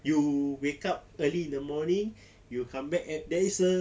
you wake up early in the morning you come back at there is a